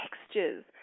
textures